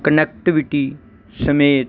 connectivity ਸਮੇਤ